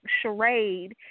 charade